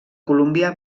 columbia